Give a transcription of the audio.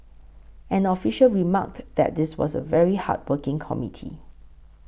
an official remarked that this was a very hardworking committee